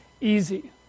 easy